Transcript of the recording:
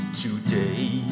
today